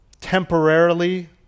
temporarily